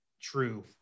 true